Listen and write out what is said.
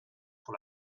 pour